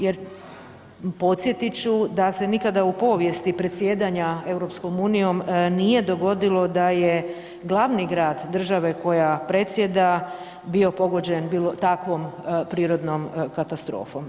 Jer podsjetit ću da se nikada u povijesti predsjedanja EU nije dogodilo da je glavni grad države koja predsjeda bio pogođen takvom prirodnom katastrofom.